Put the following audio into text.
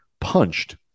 punched